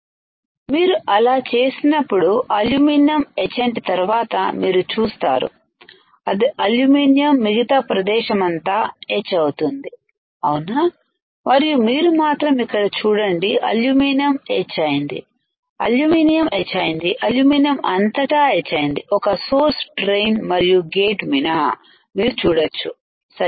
మీరు అలా చేసినప్పుడు అల్యూమినియం ఎచ్చంట్ తరువాత మీరు చూస్తారు అది అల్యూమినియం మిగతా ప్రదేశమంతా ఎచ్ అవుతుంది అవునా మరియు మీరు మాత్రం ఇక్కడ చూడండి అల్యూమినియం ఎచ్ అయిందిఅల్యూమినియం ఎచ్ అయింది అల్యూమినియం అంతటా ఎచ్ అయింది ఒక్క సోర్స్ డ్రైన్ మరియు గేట్ మినహ మీరు చూడొచ్చు సరే నా